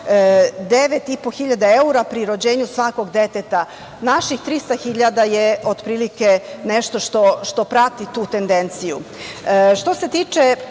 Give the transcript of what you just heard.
9.500 evra pri rođenju svakog deteta, naših 300.000 je otprilike nešto što prati tu tendenciju. Što se tiče